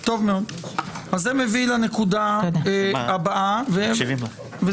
זה שאתה אומר תודה רבה, זה